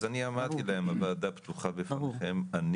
אז אני אמרתי להם הוועדה פתוחה בפניכם,